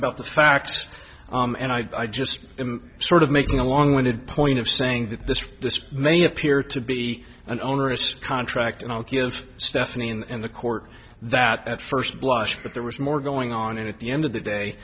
about the facts and i just sort of making a long winded point of saying that this this may appear to be an onerous contract and i'll give stephanie and the court that at first blush but there was more going on and at the end of the day